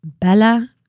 Bella